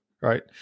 right